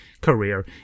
career